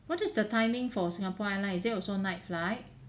what is the timing for singapore airline is it also night flight